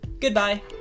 Goodbye